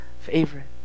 favorite